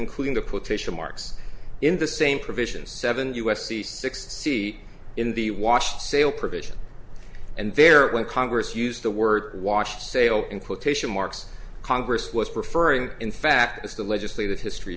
including the petition marks in the same provisions seven u s c six c in the wash sale provision and there when congress used the word wash sale in quotation marks congress was referring in fact as the legislative history